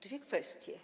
Dwie kwestie.